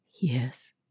Yes